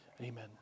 Amen